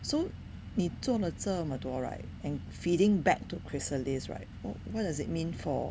so 你做了这么多 right and feeding back to chrysalis right what does it mean for